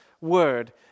word